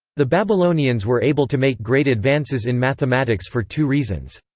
the babylonians were able to make great advances in mathematics for two reasons.